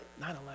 9-11